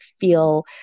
feel